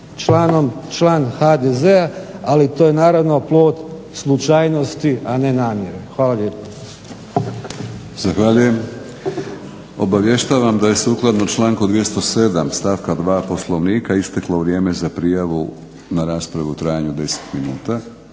član HDZ-a a to je naravno plod slučajnosti a ne namjere. Hvala lijepo. **Batinić, Milorad (HNS)** Zahvaljujem. Obavještavam da je sukladno članku 207. stavka 2. Poslovnika isteklo vrijeme za prijavu na raspravu u trajanju od 10 minuta.